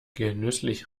genüsslich